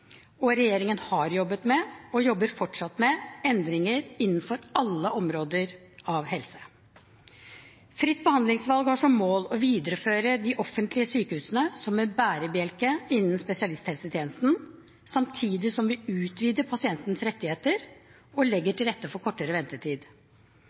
og regjeringen har jobbet med, og jobber fortsatt med, endringer innenfor alle områder av helse. Fritt behandlingsvalg har som mål å videreføre de offentlige sykehusene som en bærebjelke innen spesialisthelsetjenesten, samtidig som vi utvider pasientenes rettigheter og legger til rette for kortere